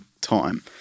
time